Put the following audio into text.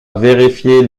vérifier